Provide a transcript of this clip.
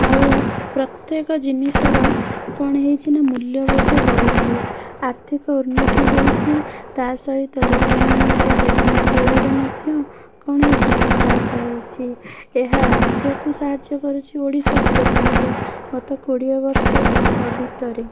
ଆଉ ପ୍ରତ୍ୟେକ ଜିନିଷର କ'ଣ ହେଇଛି ନା ମୂଲ୍ୟବୋଧ ବଢ଼ିଛି ଆର୍ଥିକ ଉନ୍ନତି ହେଇଛି ତା'ସହିତ ଲୋକମାନଙ୍କର ଜୀବନ ଶୈଳୀରେ ମଧ୍ୟ କ'ଣ ହେଇଛି ବିକାଶ ହେଇଛି ଏହା ରାଜ୍ୟକୁ ସାହାଯ୍ୟ କରୁଛି ଓଡ଼ିଶାକୁ ଦେଖନ୍ତୁ ଗତ କୋଡ଼ିଏ ବର୍ଷ ଭିତରେ